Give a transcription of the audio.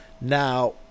Now